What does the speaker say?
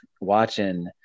watching